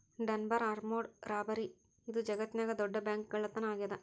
Dunbar armoured robbery ಇದು ಜಗತ್ನ್ಯಾಗ ದೊಡ್ಡ ಬ್ಯಾಂಕ್ಕಳ್ಳತನಾ ಆಗೇದ